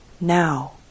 now